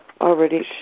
already